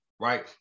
right